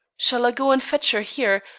shall i go and fetch her here,